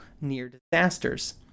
near-disasters